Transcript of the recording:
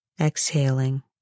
exhaling